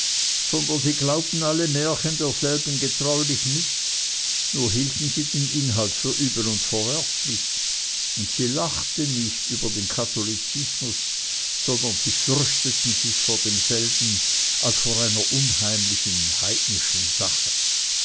sondern sie glaubten alle märchen derselben getreulich mit nur hielten sie den inhalt für übel und verwerflich und sie lachten nicht über den katholizismus sondern sie fürchteten sich vor demselben als vor einer unheimlichen heidnischen sache